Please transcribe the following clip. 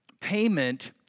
payment